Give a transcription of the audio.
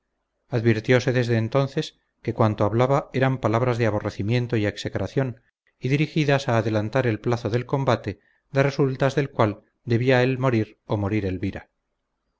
esposa advirtióse desde entonces que cuanto hablaba eran palabras de aborrecimiento y execración y dirigidas a adelantar el plazo del combate de resultas del cual debía él morir o morir elvira